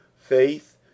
faith